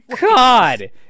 God